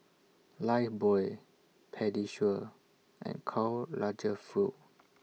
Lifebuoy Pediasure and Karl Lagerfeld